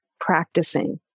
practicing